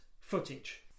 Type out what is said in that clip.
footage